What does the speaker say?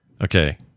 Okay